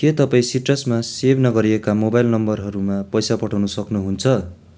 के तपाईँ सिट्रसमा सेभ नगरिएका मोबाइल नम्बरहरूमा पैसा पठाउन सक्नु हुन्छ